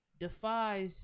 defies